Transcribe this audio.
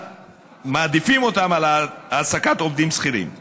מעדיפים אותם על העסקת עובדים שכירים.